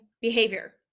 behavior